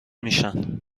میشن